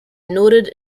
noted